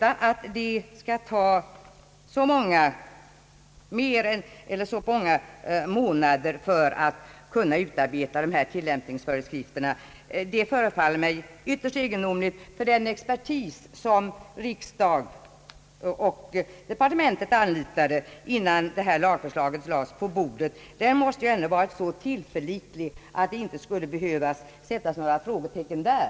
Att det skulle ta så många månader att utarbeta dessa tillämpningsföreskrifter förefaller mig ytterst egendomligt, ty den expertis som riksdagen och departementet anlitade, innan detta lagförslag lades på bordet, måste ju ändå ha varit så tillförlitlig att det inte har behövt sättas några frågetecken där.